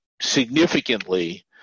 significantly